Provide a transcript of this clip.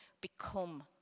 become